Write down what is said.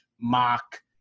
mock